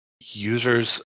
users